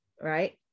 right